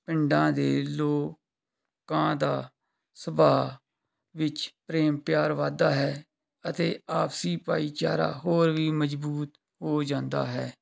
ਪਿੰਡਾਂ ਦੇ ਲੋਕਾਂ ਦਾ ਸੁਭਾਅ ਵਿੱਚ ਪ੍ਰੇਮ ਪਿਆਰ ਵੱਧਦਾ ਹੈ ਅਤੇ ਆਪਸੀ ਭਾਈਚਾਰਾ ਹੋਰ ਵੀ ਮਜ਼ਬੂਤ ਹੋ ਜਾਂਦਾ ਹੈ